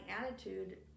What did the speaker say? attitude